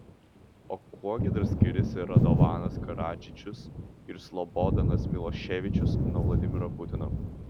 o kuo gi dar skiriasi radovanas karadžičius ir slobodanas miloševičius nuo vladimiro putino